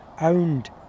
owned